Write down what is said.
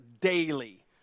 daily